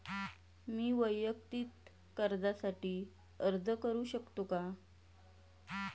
मी वैयक्तिक कर्जासाठी अर्ज करू शकतो का?